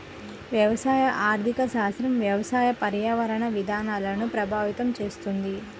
వ్యవసాయ ఆర్థిక శాస్త్రం వ్యవసాయ, పర్యావరణ విధానాలను ప్రభావితం చేస్తుంది